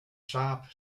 saab